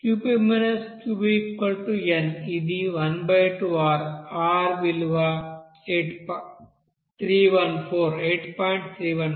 Qp Qvn ఇది 12R R విలువ 8